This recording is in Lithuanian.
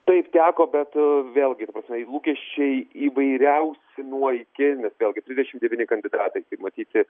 taip teko bet vėlgi ta prasme lūkesčiai įvairiausi nuo iki nes vėlgi trisdešimt devyni kandidatai kaip matyti